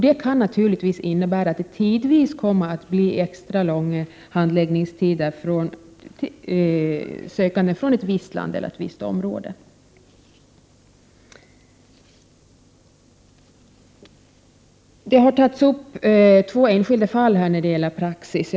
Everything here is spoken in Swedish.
Det kan naturligtvis innebära att det tidvis blir extra långa handläggningstider när det gäller sökande från ett visst land eller ett visst område. Två enskilda fall har tagits upp när det gäller praxis.